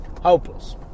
Hopeless